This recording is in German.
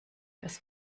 das